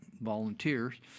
volunteers